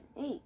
eight